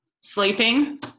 sleeping